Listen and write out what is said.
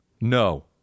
No